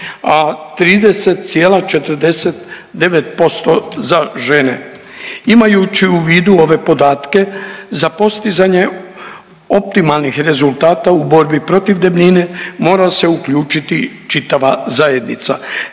a 30,49% za žene. Imajući u vidu ove podatke za postizanje optimalnih rezultata u borbi protiv debljine mora se uključiti čitava zajednica,